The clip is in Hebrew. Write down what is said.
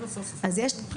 אז יש דרך לעשות את זה.